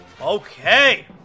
Okay